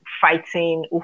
fighting